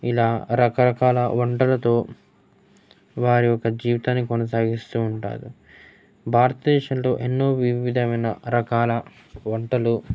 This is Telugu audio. ఇలా రకరకాల వంటలతో వారి యొక జీవితాన్ని కొనసాగిస్తూ ఉంటారు భారతదేశంలో ఎన్నో వివిధమైన రకాల వంటలు